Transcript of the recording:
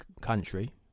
country